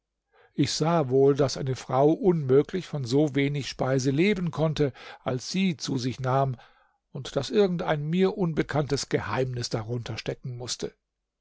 ich sah wohl daß eine frau unmöglich von so wenig speise leben konnte als sie zu sich nahm und daß irgend ein mir unbekanntes geheimnis darunter stecken mußte